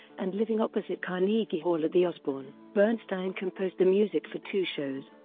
and living opposite carnegie hall the osborne, bernstein composed the music for two shows.